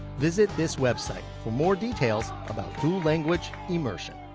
visit this website for more details about dual language immersion.